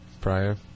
prior